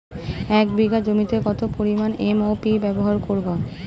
এক বিঘা জমিতে কত পরিমান এম.ও.পি ব্যবহার করব?